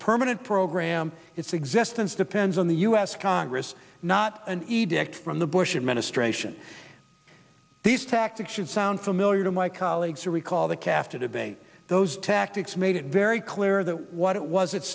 permanent program its existence depends on the u s congress not an edict from the bush administration these tactics should sound familiar to my colleagues to recall the calf to debate those tactics made it very clear that what it was at